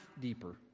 deeper